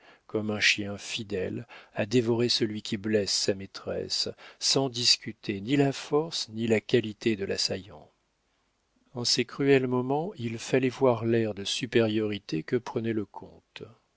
comme un chien fidèle à dévorer celui qui blesse sa maîtresse sans discuter ni la force ni la qualité de l'assaillant en ces cruels moments il fallait voir l'air de supériorité que prenait le comte